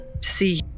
see